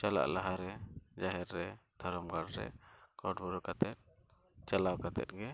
ᱪᱟᱞᱟᱜ ᱞᱟᱦᱟ ᱨᱮ ᱡᱟᱦᱮᱨ ᱨᱮ ᱫᱷᱚᱨᱚᱢ ᱜᱟᱲ ᱨᱮ ᱠᱳᱴᱷᱳᱨ ᱠᱟᱛᱮᱫ ᱪᱟᱞᱟᱣ ᱠᱟᱛᱮᱫ ᱜᱮ